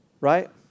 Right